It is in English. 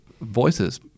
voices